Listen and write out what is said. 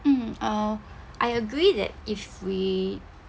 um uh I agree that if we